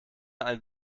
ein